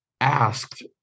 asked